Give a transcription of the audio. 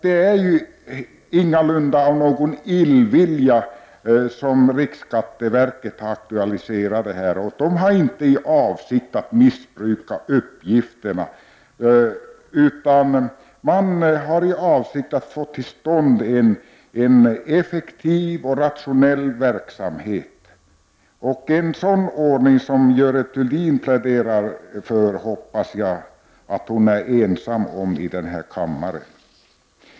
Det är ingalunda av någon illvilja som riksskatteverket har aktualiserat frågan om ett centralt koncernregister, och verket har inte för avsikt att missbruka uppgifterna, utan avsikten är att få till stånd en effektiv och rationell verksamhet. En sådan ordning som Görel Thurdin pläderar för hoppas jag att hon är ensam om i den här kammaren.